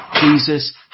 Jesus